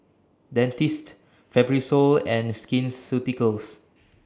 Dentiste Fibrosol and Skin Ceuticals